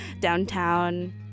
downtown